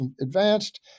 advanced